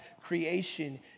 creation